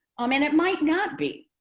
um and it might not be.